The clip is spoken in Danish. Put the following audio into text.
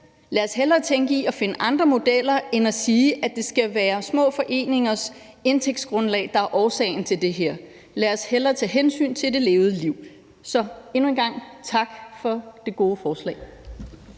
lad os hellere tænke i at finde andre modeller end at sige, at det skal være små foreningers indtægtsgrundlag, der er årsagen til det her. Lad os hellere tage hensyn til det levede liv. Endnu en gang vil jeg sige tak for det gode forslag.